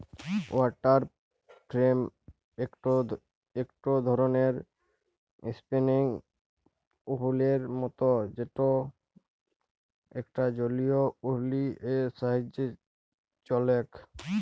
water frame একটো ধরণের spinning ওহীলের মত যেটা একটা জলীয় ওহীল এর সাহায্যে চলেক